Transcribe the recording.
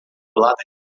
lado